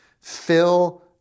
fill